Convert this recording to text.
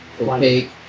opaque